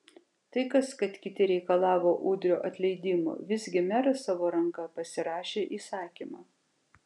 tai kas kad kiti reikalavo udrio atleidimo visgi meras savo ranka pasirašė įsakymą